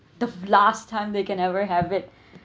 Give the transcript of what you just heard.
the last time they can ever have it